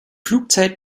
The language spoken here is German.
flugzeit